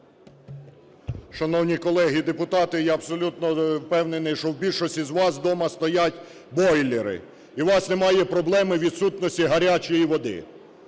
Шановні колеги депутати, я абсолютно впевнений, що в більшості з вас дома стоять бойлери і у вас немає проблеми відсутності гарячої води,